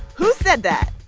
who said that?